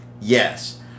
Yes